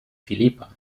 filipa